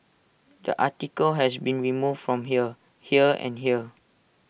the article has been removed from here here and here